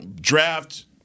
draft